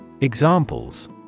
Examples